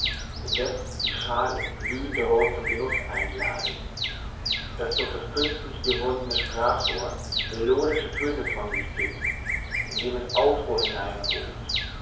indeß die schaale blühend roth zum genuß einladet das durch das künstlich gewundene sprachrohr melodische töne von sich giebt indem es aufruhr hineinruft